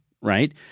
right